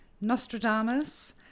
Nostradamus